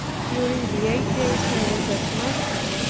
during the eight days i was at marseilles,